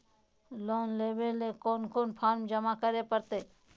Loan लेवे ले कोन कोन फॉर्म जमा करे परते?